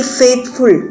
faithful